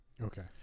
Okay